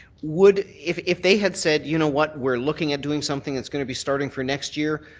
would if if they had said, you know what, we're looking at doing something, it's going to be starting for next year,